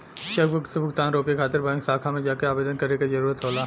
chequebook से भुगतान रोके खातिर बैंक शाखा में जाके आवेदन करे क जरुरत होला